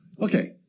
Okay